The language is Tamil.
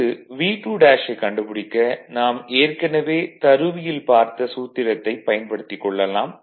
அடுத்து V2 ஐக் கண்டுபிடிக்க நாம் ஏற்கனவே தருவியில் பார்த்த சூத்திரத்தைப் பயன்படுத்திக் கொள்ளலாம்